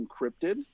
encrypted